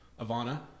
Ivana